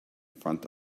front